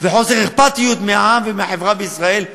וכזה חוסר אכפתיות מהעם ומהחברה בישראל.